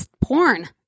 porn